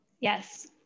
Yes